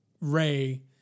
Ray